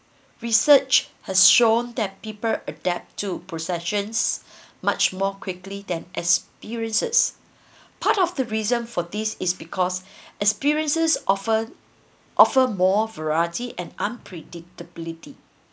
research has shown that people adapt to processions much more quickly than experiences part of the reason for this is because experiences offer offer more variety and unpredictability